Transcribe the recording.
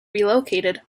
relocated